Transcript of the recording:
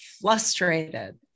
frustrated